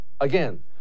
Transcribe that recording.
Again